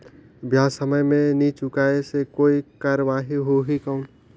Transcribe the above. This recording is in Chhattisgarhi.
ब्याज समय मे नी चुकाय से कोई कार्रवाही होही कौन?